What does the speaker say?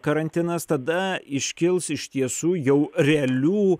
karantinas tada iškils iš tiesų jau realių